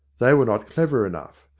they were not clever enough.